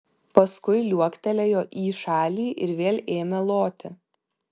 paskui liuoktelėjo į šalį ir vėl ėmė loti